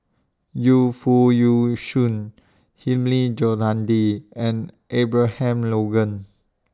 Yu Foo Yee Shoon Hilmi Johandi and Abraham Logan